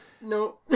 No